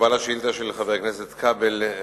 בתשובה על השאילתא של חבר הכנסת כבל,